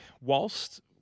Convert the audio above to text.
whilst –